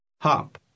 Hop